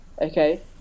Okay